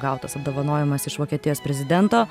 gautas apdovanojimas iš vokietijos prezidento